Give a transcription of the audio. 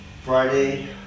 Friday